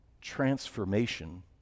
transformation